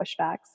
pushbacks